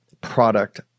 product